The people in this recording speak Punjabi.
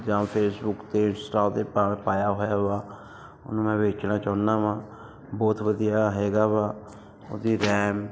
ਜਾਂ ਫੇਸਬੁੱਕ 'ਤੇ ਇੰਸਟਾ 'ਤੇ ਪਾ ਪਾਇਆ ਹੋਇਆ ਵਾ ਉਹਨੂੰ ਮੈਂ ਵੇਚਣਾ ਚਾਹੁੰਦਾ ਵਾਂ ਬਹੁਤ ਵਧੀਆ ਹੈਗਾ ਵਾ ਉਹ ਦੀ ਰੈਮ